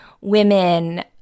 women